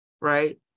right